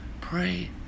Pray